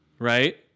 Right